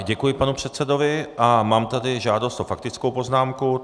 Děkuji panu předsedovi a mám tady žádost o faktickou poznámku.